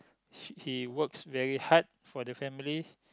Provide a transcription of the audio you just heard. he he works very hard for the family